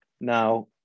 Now